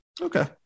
Okay